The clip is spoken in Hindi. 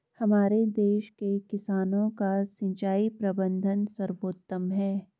हमारे देश के किसानों का सिंचाई प्रबंधन सर्वोत्तम है